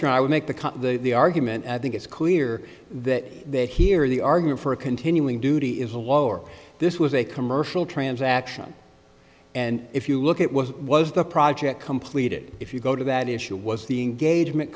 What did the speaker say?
or i would make the the the argument i think it's clear that they hear the argument for a continuing duty is a lower this was a commercial transaction and if you look at what was the project completed if you go to that issue was the engagement